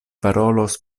parolos